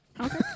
Okay